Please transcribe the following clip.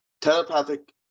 telepathic